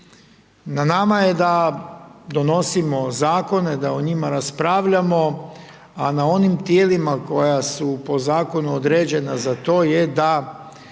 Na nama je da donosimo zakone, da o njima raspravljamo, a na onim tijelima koja su po zakonu određena za to je da